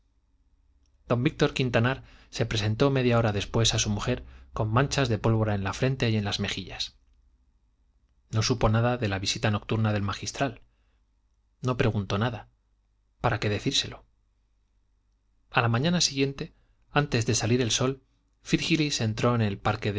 don víctor quintanar se presentó media hora después a su mujer con manchas de pólvora en la frente y en las mejillas no supo nada de la visita nocturna del magistral no preguntó nada para qué decírselo a la mañana siguiente antes de salir el sol frígilis entró en el parque